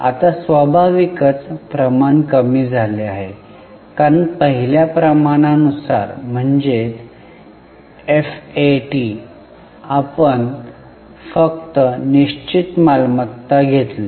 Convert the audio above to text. आता स्वाभाविकच प्रमाण कमी झाले आहे कारण पहिल्या प्रमाणानुसार म्हणजेच एफएटी आपण फक्त निश्चित मालमत्ता घेतली